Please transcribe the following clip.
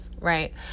right